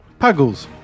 Puggles